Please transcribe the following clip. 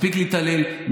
מספיק להתעלל.